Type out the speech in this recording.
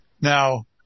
Now